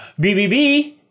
BBB